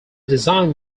design